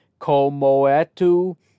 Komoetu